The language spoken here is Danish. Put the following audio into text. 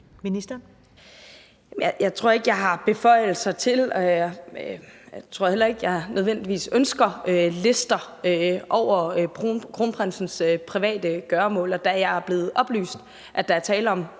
Bramsen): Jeg tror ikke, jeg har beføjelser til at få og jeg tror heller ikke, at jeg nødvendigvis ønsker lister over kronprinsens private gøremål, og da jeg er blevet oplyst, at der er tale om